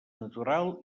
natural